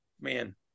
Man